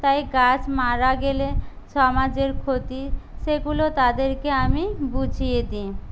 তাই গাছ মারা গেলে সমাজের ক্ষতি সেগুলো তাদেরকে আমি বুঝিয়ে দিই